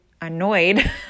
annoyed